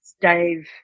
Dave